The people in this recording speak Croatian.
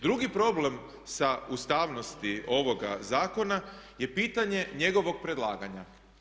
Drugi problem sa ustavnosti ovoga zakona je pitanje njegovog predlaganja.